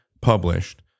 published